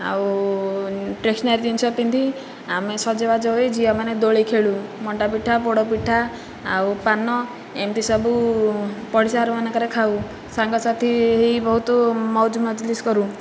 ଆଉ ଷ୍ଟେସ୍ନାରୀ ଜିନିଷ ପିନ୍ଧି ଆମେ ସଜବାଜ ହୋଇ ଝିଅମାନେ ଦୋଳି ଖେଳୁ ମଣ୍ଡା ପିଠା ପୋଡ଼ ପିଠା ଆଉ ପାନ ଏମିତି ସବୁ ପଡ଼ିଶା ଘରମାନଙ୍କରେ ଖାଉ ସାଙ୍ଗସାଥି ହୋଇ ବହୁତ ମଉଜ ମଜଲିସ୍ କରୁ